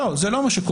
לא, זה לא מה שקורה.